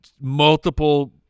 multiple